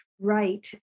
right